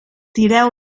tireu